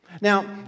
Now